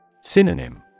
Synonym